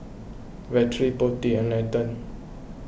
Vedre Potti and Nathan